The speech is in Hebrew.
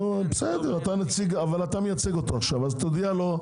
אתה מייצג אותו עכשיו, תודיע לו.